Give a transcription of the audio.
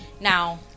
Now